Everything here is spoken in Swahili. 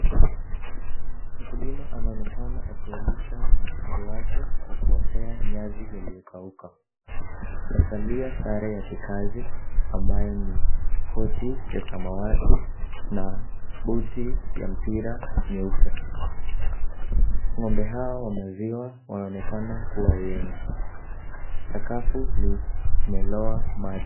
Mkulima anaonekana akiwalisha mifugo wake kwa kuwapea nyasi iliyokauka. Amevalia sare ya kikazi ambayo ni koti ya samawati na buti ya mpira nyeupe. Ng'ombe hawa wa maziwa wanaonekana kuwa wengi. Sakafu limeloa maji.